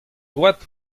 goad